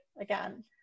again